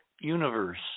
universe